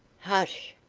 hush!